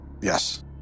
Yes